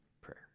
prayer